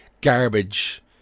garbage